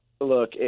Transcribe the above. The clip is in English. look